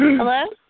Hello